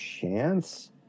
chance